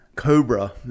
Cobra